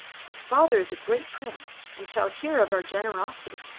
his father is a great prince, and shall hear of our generosity.